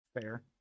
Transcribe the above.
Fair